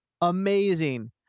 amazing